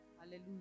Hallelujah